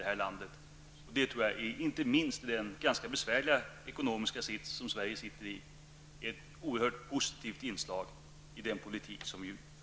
Det är ett oerhört positivt inslag i den politik som nu förs, inte minst mot bakgrund av den ganska besvärliga ekonomiska sits som Sverige befinner sig i.